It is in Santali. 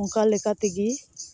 ᱚᱱᱠᱟ ᱞᱮᱠᱟ ᱛᱮᱜᱮ